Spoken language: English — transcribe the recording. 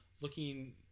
looking